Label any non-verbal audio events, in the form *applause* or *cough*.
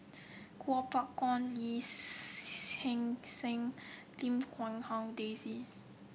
Kuo Pao Kun Lee *hesitation* Hee Seng Lim Quee Hong Daisy